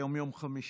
היום יום חמישי,